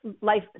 life